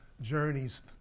journeys